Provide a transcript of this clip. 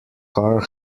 car